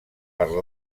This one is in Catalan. per